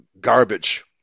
garbage